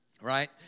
Right